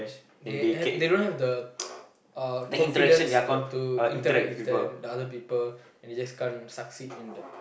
they have they don't have the uh confidence to to interact with them the other people and they just can't succeed in that